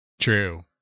true